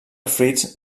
fruits